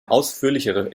ausführlichere